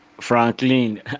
Franklin